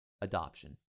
adoption